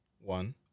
One